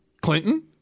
Clinton